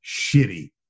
shitty